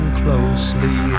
closely